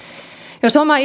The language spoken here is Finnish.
jos oma